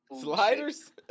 Sliders